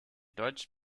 deutsch